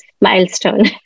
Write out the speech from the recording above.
milestone